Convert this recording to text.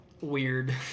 weird